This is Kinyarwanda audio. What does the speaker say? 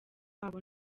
wabo